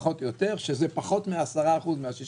פחות או יותר שזה פחות מ-10% מה-16,000